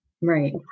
Right